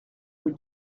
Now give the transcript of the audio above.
rue